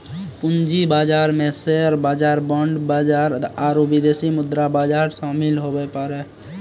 पूंजी बाजार मे शेयर बाजार बांड बाजार आरू विदेशी मुद्रा बाजार शामिल हुवै पारै